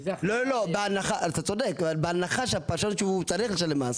אתה צודק, אבל בהנחה שהוא צריך לשלם מס